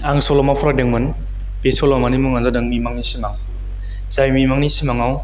आं सल'मा फरायदोंमोन बे सल'मानि मुंआ जादों मिमांनि सिमां जाय मिमांनि सिमांआव